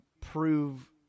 prove